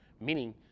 Meaning